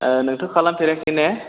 ओ नोंथ' खालामफेराखैने